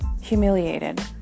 humiliated